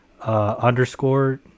underscore